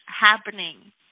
happening